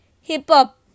hip-hop